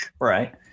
Right